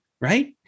right